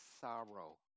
sorrow